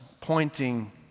pointing